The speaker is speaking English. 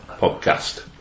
Podcast